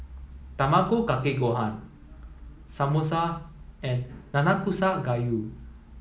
Tamago Kake Gohan Samosa and Nanakusa Gayu